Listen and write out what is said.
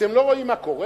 אתם לא רואים מה קורה?